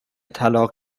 طلاق